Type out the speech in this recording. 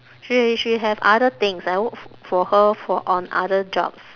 she she have other things I work for her for on other jobs